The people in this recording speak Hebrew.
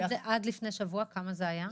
עד לפני שבוע כמה זמן זה היה?